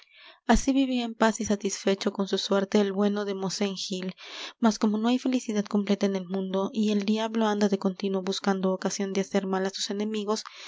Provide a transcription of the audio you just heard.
así vivía en paz y satisfecho con su suerte el bueno de mosén gil mas como no hay felicidad completa en el mundo y el diablo anda de continuo buscando ocasión de hacer mal á sus enemigos